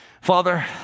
Father